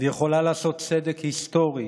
ויכולה לעשות צדק היסטורי